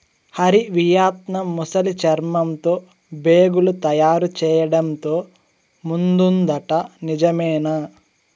Hari, Vietnam ముసలి చర్మంతో బేగులు తయారు చేయడంతో ముందుందట నిజమేనా